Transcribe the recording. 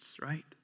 right